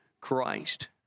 Christ